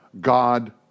God